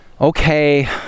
okay